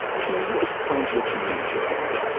can you explain what you mean exactly?